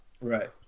Right